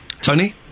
Tony